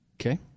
Okay